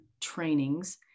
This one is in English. trainings